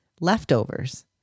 leftovers